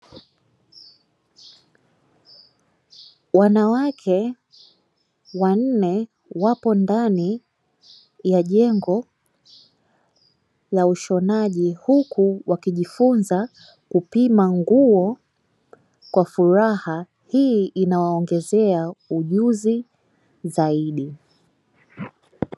Wanawake wanne wapo ndani ya jengo la ushonaji huku wakijifunza kupima nguo kwa furaha, hii inawaongezea ujuzi zaidi.